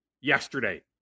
yesterday